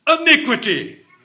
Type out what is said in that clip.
iniquity